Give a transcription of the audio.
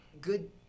good